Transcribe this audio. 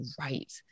right